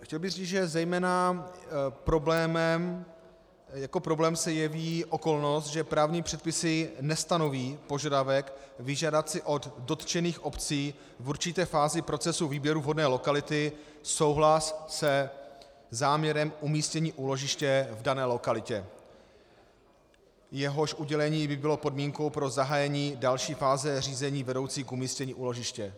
Chtěl bych říct, že jako problém se jeví zejména okolnost, že právní předpisy nestanoví požadavek vyžádat si od dotčených obcí v určité fázi procesu výběru vhodné lokality souhlas se záměrem umístění úložiště v dané lokalitě, jehož udělení by bylo podmínkou pro zahájení další fáze řízení vedoucí k umístění úložiště.